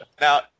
Now